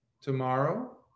Tomorrow